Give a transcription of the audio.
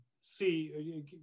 see